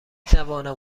توانم